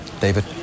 David